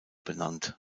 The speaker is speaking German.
benannt